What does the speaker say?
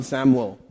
Samuel